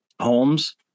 holmes